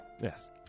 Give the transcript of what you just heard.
Yes